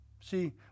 See